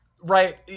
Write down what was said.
right